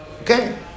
okay